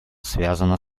связана